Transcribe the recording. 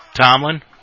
Tomlin